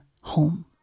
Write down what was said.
home